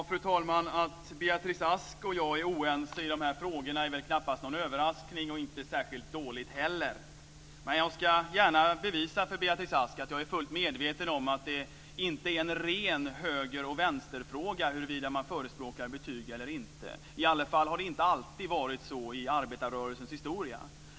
Fru talman! Att Beatrice Ask och jag är oense i de här frågorna är väl knappast någon överraskning, och det är inte särskilt dåligt heller. Jag ska gärna bevisa för Beatrice Ask att jag är fullt medveten om att det inte är en ren höger och vänsterfråga huruvida man förespråkar betyg eller inte. Det har i alla fall inte alltid varit så i arbetarrörelsens historia.